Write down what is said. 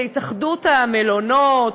זה התאחדות המלונות,